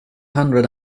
hundred